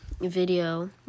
video